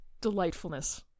delightfulness